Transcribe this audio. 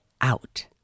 out